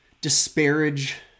disparage